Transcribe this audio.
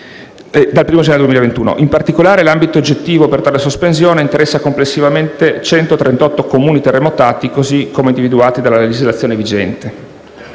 dal primo gennaio 2021. In particolare, l'ambito oggettivo per tale sospensione interessa complessivamente 138 Comuni terremotati, così come individuati dalla legislazione vigente.